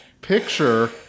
Picture